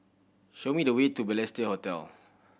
show me the way to Balestier Hotel